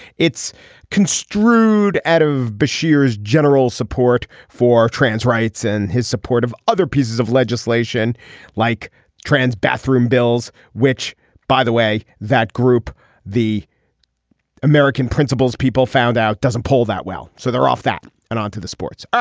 it's construed ad of bashir as general support for trans rights and his support of other pieces of legislation like trans bathroom bills which by the way that group the american principles people found out doesn't poll that well. so they're off that and onto the sports.